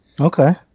Okay